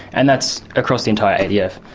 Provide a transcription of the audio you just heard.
and that's across the entire adf.